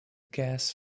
gas